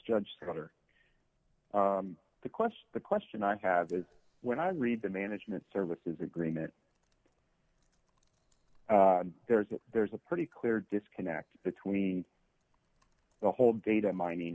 judged under the question the question i have is when i read the management services agreement there's a there's a pretty clear disconnect between the whole data mining